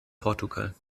portugal